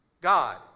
God